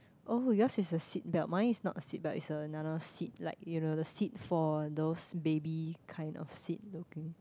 oh yours is a seat belt mine is not a seat belt is another seat like you know the seat for those baby kind of seat looking